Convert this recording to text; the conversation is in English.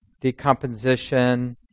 decomposition